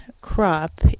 crop